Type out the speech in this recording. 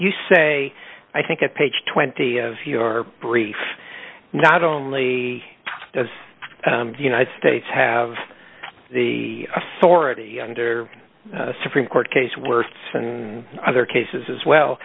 you say i think a page twenty of your brief not only does the united states have the authority under supreme court case worse than other cases as well